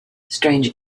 strange